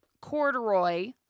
corduroy